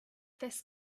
this